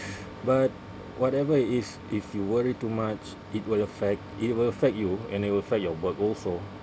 but whatever it is if you worry too much it will affect it will affect you and it will affect your work also